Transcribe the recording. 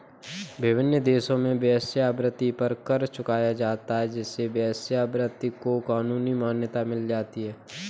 विभिन्न देशों में वेश्यावृत्ति पर कर चुकाया जाता है जिससे वेश्यावृत्ति को कानूनी मान्यता मिल जाती है